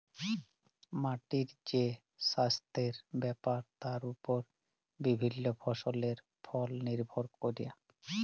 মাটির যে সাস্থের ব্যাপার তার ওপর বিভিল্য ফসলের ফল লির্ভর ক্যরে